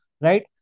right